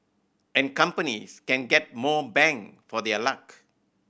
and companies can get more bang for their luck